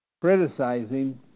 criticizing